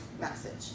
message